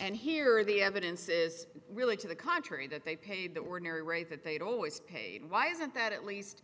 and here the evidence is really to the contrary that they paid the ordinary rate that they'd always paid why isn't that at least